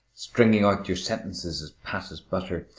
stringing out your sentences as pat as butter.